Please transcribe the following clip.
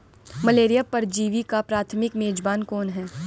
Malaria परजीवी का प्राथमिक मेजबान कौन है?